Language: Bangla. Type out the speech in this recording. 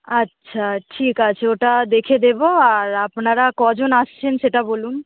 আচ্ছা ঠিক আছে ওটা দেখে দেবো আর আপনারা কজন আসছেন সেটা বলুন